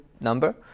number